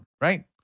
right